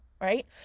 right